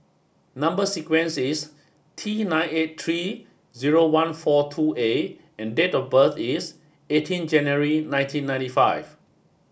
number sequence is T nine eight three zero one four two A and date of birth is eighteen January nineteen ninety five